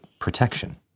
protection